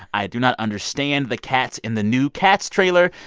i do not understand the cats in the new cats trailer,